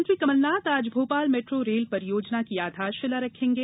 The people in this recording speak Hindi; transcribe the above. मुख्यमंत्री कमलनाथ आज भोपाल मेट्रो रेल परियोजना की आधारशिला रखेंगे